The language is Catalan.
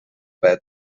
pet